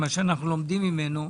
מה שאנחנו לומדים ממנו,